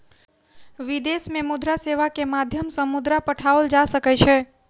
विदेश में मुद्रा सेवा के माध्यम सॅ मुद्रा पठाओल जा सकै छै